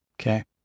Okay